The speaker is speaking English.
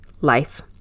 life